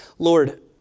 Lord